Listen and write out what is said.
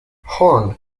horn